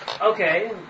Okay